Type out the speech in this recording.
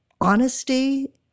honesty